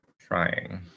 trying